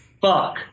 Fuck